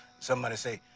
somebody say,